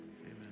Amen